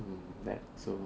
mm that so